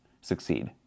succeed